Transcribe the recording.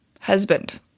Husband